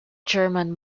german